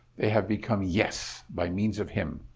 they have become yes by means of him.